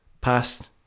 past